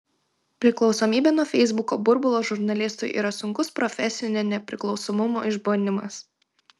priklausomybė nuo feisbuko burbulo žurnalistui yra sunkus profesinio nepriklausomumo išbandymas